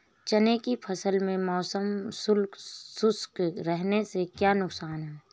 चने की फसल में मौसम शुष्क रहने से क्या नुकसान है?